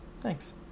Thanks